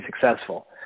successful